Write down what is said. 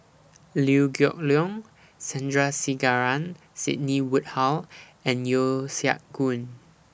Liew Geok Leong Sandrasegaran Sidney Woodhull and Yeo Siak Goon